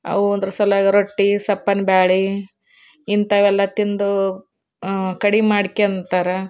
ಅವು ಅದ್ರ ಸಲುವಾಗಿ ರೊಟ್ಟಿ ಸಪ್ಪನೆ ಬ್ಯಾಳೆ ಇಂಥವೆಲ್ಲ ತಿಂದು ಕಡಿಮೆ ಮಾಡ್ಕ್ಯಂತಾರೆ